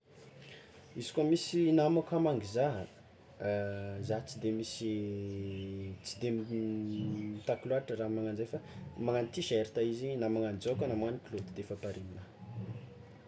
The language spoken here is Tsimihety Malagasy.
Izy koa misy namako hama, gy zaha, za tsy de misy tsy de mitaky loatra raha magnagno zay fa magnagno tiserta izy na magnagno jaoka na magnagno kilaoty defa pare aminahy.